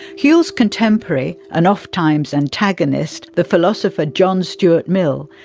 whewell's contemporary and oft-times antagonist, the philosopher john stuart mill,